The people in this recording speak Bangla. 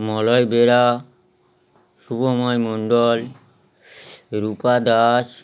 মলয় বেরা শুভময় মণ্ডল রূপা দাস